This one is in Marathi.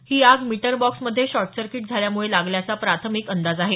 ही आग मीटर बॉक्स मध्ये शॉर्टसर्किट झाल्यामुळे लागल्याचा प्राथमिक अंदाज आहे